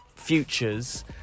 futures